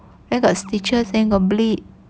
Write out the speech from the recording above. then got stitches then got bleed